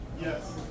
Yes